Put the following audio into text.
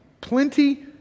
plenty